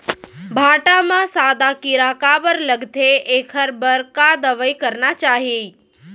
भांटा म सादा कीरा काबर लगथे एखर बर का दवई करना चाही?